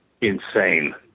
insane